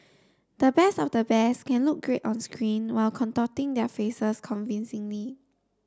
the best of the best can look great on screen while contorting their faces convincingly